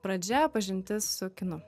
pradžia pažintis su kinu